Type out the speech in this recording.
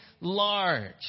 large